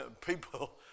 people